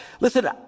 Listen